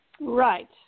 Right